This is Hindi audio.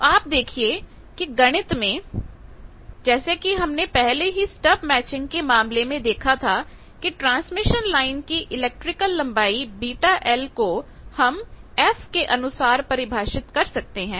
तो आप देखिए कि गणित में जैसे कि हमने पहले ही स्टब मैचिंग के मामले में देखा था कि ट्रांसमिशन लाइन की इलेक्ट्रिकल लंबाई βl को हम f के अनुसार परिभाषित कर सकते हैं